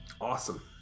Awesome